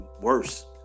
worse